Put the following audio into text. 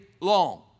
long